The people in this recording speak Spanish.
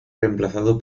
reemplazado